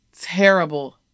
terrible